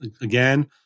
Again